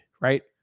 right